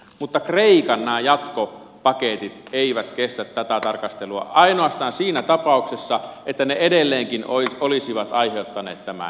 mutta nämä kreikan jatkopaketit eivät kestä tätä tarkastelua ainoastaan siinä tapauksessa että ne edelleenkin olisivat aiheuttaneet tämän dominoilmiön